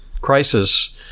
crisis